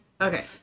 Okay